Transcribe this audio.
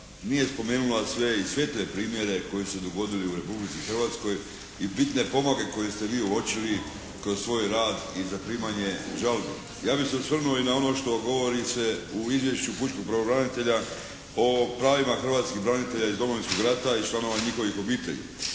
nije spomenula sve i svijetle primjere koji su se dogodili u Republici Hrvatskoj i bitne pomake koje ste vi uočili kroz svoj rad i zaprimanje žalbi. Ja bih se osvrnuo i na ono što govori se u izvješću pučkog pravobranitelja o pravima hrvatskih branitelja iz Domovinskog rata i članova njihovih obitelji.